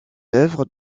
œuvres